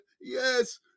Yes